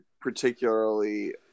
particularly